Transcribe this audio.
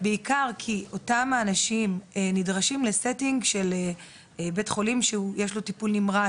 בעיקר כי אותם האנשים נדרשים לסטינג של בית חולים שיש לו טיפול נמרץ.